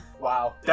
Wow